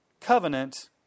covenant